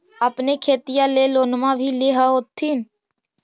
अपने खेतिया ले लोनमा भी ले होत्थिन?